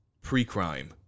pre-crime